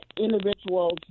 individuals